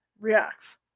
reacts